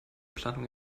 planung